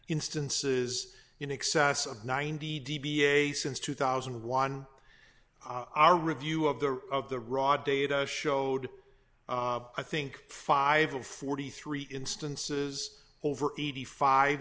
instances in excess of ninety d b a since two thousand and one our review of the of the raw data showed i think five of forty three instances over eighty five